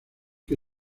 que